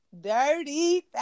Dirty